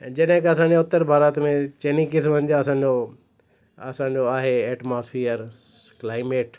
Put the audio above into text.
ऐं जॾहिं खां असांखे उत्तर भारत में चइनी क़िस्मनि जा असांजो असांजो आहे एटमॉस्फेयर क्लाइमेट